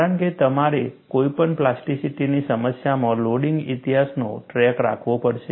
કારણ કે તમારે કોઈપણ પ્લાસ્ટિસિટીની સમસ્યામાં લોડિંગ ઇતિહાસનો ટ્રેક રાખવો પડશે